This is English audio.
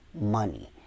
money